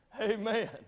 Amen